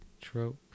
trope